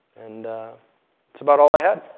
and that's about all i had.